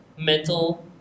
mental